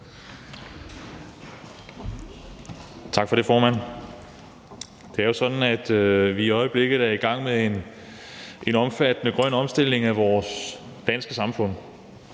Tak for det, formand. Det er jo sådan, at vi i øjeblikket er i gang med en omfattende grøn omstilling af vores danske samfund.